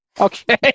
Okay